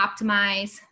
optimize